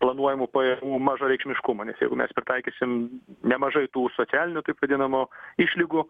planuojamų pajamų mažareikšmiškumo nes jeigu mes pritaikysim nemažai tų socialinių taip vadinamo išlygų